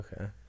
okay